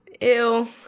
ew